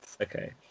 Okay